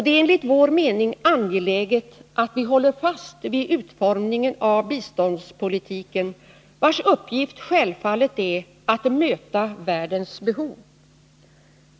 Det är enligt vår mening angeläget att vi håller fast vid utformningen av biståndspolitiken, vars uppgift självfallet är att möta världens behov.